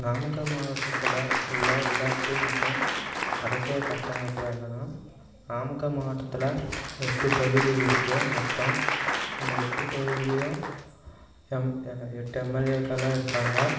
நாமக்கல் மாவட்டத்தில் உள்ள உள்ளாட்சி மற்றும் அரசியல் கட்டமைப்பு என்னனால் நாமக்கல் மாவட்டத்தில் எட்டு தொகுதி இருக்குது மொத்தம் அந்த எட்டு தொகுதியிலையும் எம் எட்டு எம்எல்ஏக்களும் இருக்காங்க